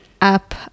up